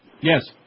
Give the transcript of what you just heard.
Yes